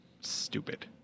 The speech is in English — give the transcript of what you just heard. stupid